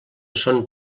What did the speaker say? són